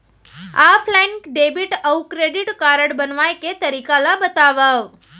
Offline debit अऊ credit card बनवाए के तरीका ल बतावव?